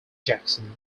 jackson